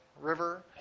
River